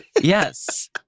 Yes